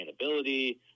sustainability